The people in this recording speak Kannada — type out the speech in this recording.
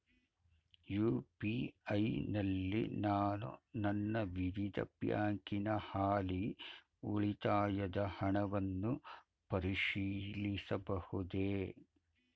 ಯು.ಪಿ.ಐ ನಲ್ಲಿ ನಾನು ನನ್ನ ವಿವಿಧ ಬ್ಯಾಂಕಿನ ಹಾಲಿ ಉಳಿತಾಯದ ಹಣವನ್ನು ಪರಿಶೀಲಿಸಬಹುದೇ?